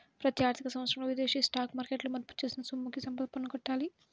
ప్రతి ఆర్థిక సంవత్సరంలో విదేశీ స్టాక్ మార్కెట్లలో మదుపు చేసిన సొమ్ముకి సంపద పన్ను కట్టాలి